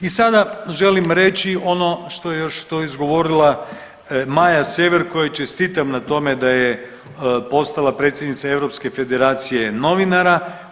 I sada želim reći ono što je još, što je izgovorila Maja Sever kojoj čestitam na tome da je postala predsjednica Europske federacije novinara.